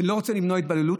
ואתה לא רוצה למנוע התבוללות,